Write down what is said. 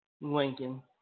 Lincoln